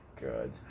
Good